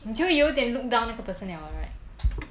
你就会有点 look down 那个 person liao right